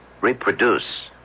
Reproduce